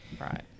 Right